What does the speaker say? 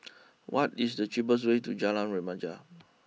what is the cheapest way to Jalan Remaja